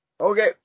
Okay